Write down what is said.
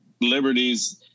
liberties